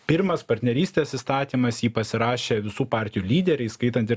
pirmas partnerystės įstatymas jį pasirašė visų partijų lyderiai įskaitant ir